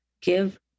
Give